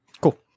Cool